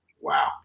Wow